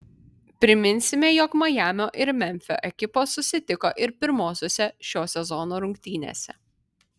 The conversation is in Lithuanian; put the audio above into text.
priminsime jog majamio ir memfio ekipos susitiko ir pirmosiose šio sezono rungtynėse